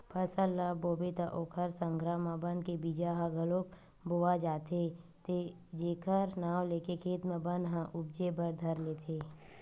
फसल ल बोबे त ओखर संघरा म बन के बीजा ह घलोक बोवा जाथे जेखर नांव लेके खेत म बन ह उपजे बर धर लेथे